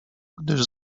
gdyż